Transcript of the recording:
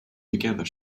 together